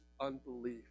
unbelief